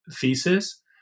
thesis